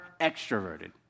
extroverted